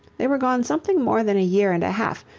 they were gone something more than a year and a half,